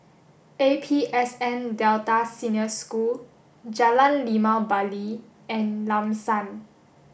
A P S N Delta Senior School Jalan Limau Bali and Lam San